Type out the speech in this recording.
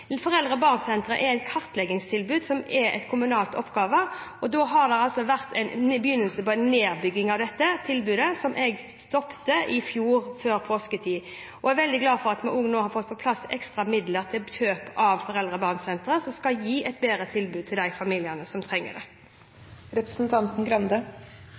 foreldre og barn er et kartleggingstilbud som er en kommunal oppgave, og det har altså vært en begynnelse på en nedbygging av dette tilbudet, som jeg stoppet i fjor før påsketider. Jeg er veldig glad for at vi nå har fått på plass ekstra midler til kjøp av plasser i sentre for foreldre og barn som skal gi et bedre tilbud til de familiene som trenger det.